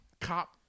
Cop